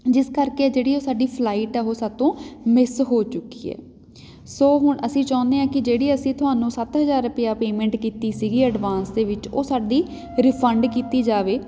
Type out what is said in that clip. ਜਿਸ ਕਰਕੇ ਜਿਹੜੀ ਉਹ ਸਾਡੀ ਫਲਾਈਟ ਹੈ ਉਹ ਸਾਡੇ ਤੋਂ ਮਿਸ ਹੋ ਚੁੱਕੀ ਹੈ ਸੋ ਹੁਣ ਅਸੀਂ ਚਾਹੁੰਦੇ ਆ ਕਿ ਜਿਹੜੀ ਅਸੀਂ ਤੁਹਾਨੂੰ ਸੱਤ ਹਜ਼ਾਰ ਰੁਪਇਆ ਪੇਮੈਂਟ ਕੀਤੀ ਸੀਗੀ ਐਡਵਾਂਸ ਦੇ ਵਿੱਚ ਉਹ ਸਾਡੀ ਰਿਫੰਡ ਕੀਤੀ ਜਾਵੇ